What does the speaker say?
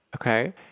okay